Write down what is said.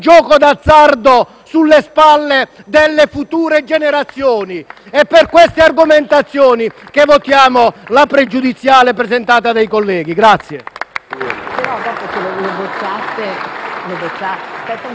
sulle spalle delle future generazioni! È per queste argomentazioni che votiamo a favore della pregiudiziale presentata dei colleghi.